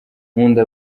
nkunda